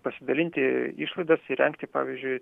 pasidalinti išlaidas įrengti pavyzdžiui